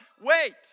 Wait